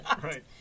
Right